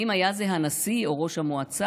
/ האם היה זה הנשיא או ראש המועצה?